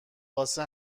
واسه